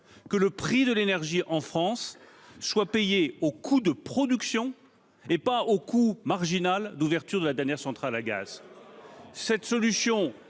que le prix de l'énergie en France soit fixé en fonction du coût de production, et non pas au coût marginal d'ouverture de la dernière centrale à gaz.